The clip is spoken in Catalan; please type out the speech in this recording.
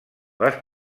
les